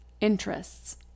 interests